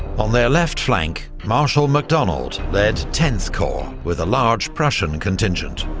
on their left flank marshal macdonald led tenth corps, with a large prussian contingent,